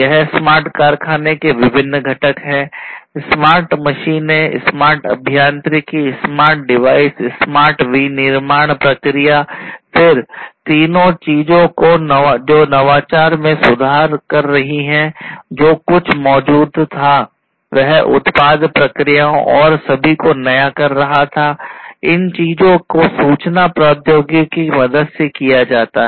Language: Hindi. यह स्मार्ट कारखाने के विभिन्न घटक हैं स्मार्ट मशीनें स्मार्ट अभियांत्रिकी स्मार्ट डिवाइस स्मार्ट विनिर्माण प्रक्रिया फिर तीन चीजों जो नवाचार में सुधार कर रही हैं जो कुछ भी मौजूद था वह उत्पाद प्रक्रियाओं और सभी को नया कर रहा था इन चीजों को सूचना प्रौद्योगिकी की मदद से किया जा सकता है